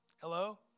Hello